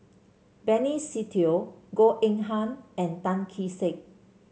Benny Se Teo Goh Eng Han and Tan Kee Sek